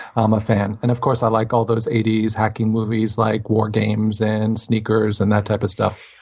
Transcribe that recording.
um a fan. and of course, i like all those eighty s hacking movies, like war games and sneakers and that type of stuff.